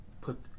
put